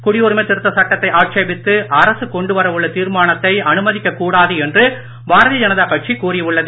குடியுரிமை திருத்த சட்டத்தை ஆட்சேபித்து அரசு கொண்டு வர உள்ள தீர்மானத்தை அனுமதிக்க கூடாது என்று பாரதீய ஜனதா கட்சி கூறி உள்ளது